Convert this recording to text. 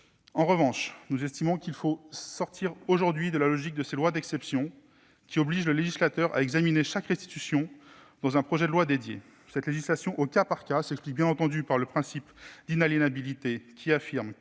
En revanche, nous estimons qu'il faut sortir aujourd'hui de la logique de ces lois d'exception, obligeant le législateur à examiner chaque restitution dans un texte spécifique. Cette législation au cas par cas s'explique, bien entendu, par le principe d'inaliénabilité, lequel affirme